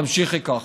תמשיכי כך.